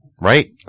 Right